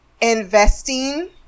investing